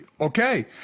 Okay